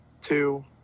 Two